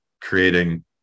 creating